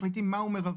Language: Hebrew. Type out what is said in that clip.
מחליטים מה הוא מרבי.